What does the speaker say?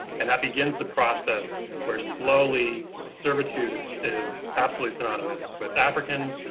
and that begins the process where slowly servitude is is absolutely synonymous with africans,